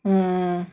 mm